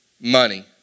money